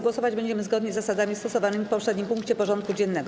Głosować będziemy zgodnie z zasadami stosowanymi w poprzednim punkcie porządku dziennego.